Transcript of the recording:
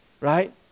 Right